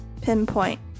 pinpoint